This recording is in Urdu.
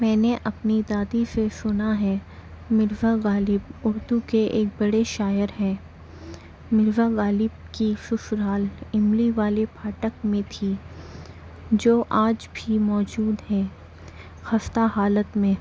میں نے اپنی دادی سے سنا ہے مرزا غالب اردو کے ایک بڑے شاعر ہیں مرزا غالب کی سسرال املی والے پھاٹک میں تھی جو آج بھی موجود ہے خستہ حالت میں